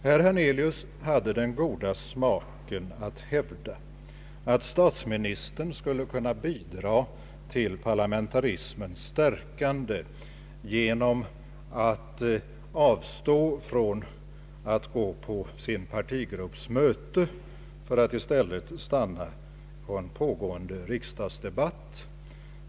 Herr Hernelius hade den goda smaken att hävda att statsministern skulle kunna bidra till parlamentarismens stärkande genom att avstå från att gå på sin partigrupps möte för att i stället lyssna till en pågående riksdagsdebatt.